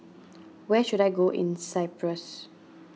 where should I go in Cyprus